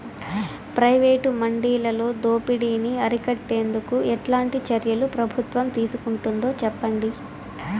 Private మండీలలో దోపిడీ ని అరికట్టేందుకు ఎట్లాంటి చర్యలు ప్రభుత్వం తీసుకుంటుందో చెప్పండి?